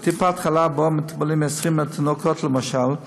בטיפת חלב שבה מטופלים 20,000 תינוקות, למשל,